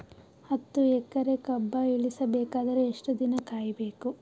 ಹತ್ತು ಎಕರೆ ಕಬ್ಬ ಇಳಿಸ ಬೇಕಾದರ ಎಷ್ಟು ದಿನ ಕಾಯಿ ಬೇಕು?